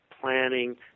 planning